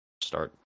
start